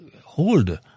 hold